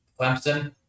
Clemson